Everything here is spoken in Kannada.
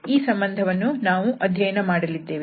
ಈ ಸಂಬಂಧವನ್ನು ನಾವು ಅಧ್ಯಯನ ಮಾಡಲಿದ್ದೇವೆ